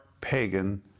pagan